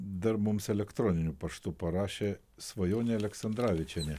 dar mums elektroniniu paštu parašė svajonė aleksandravičienė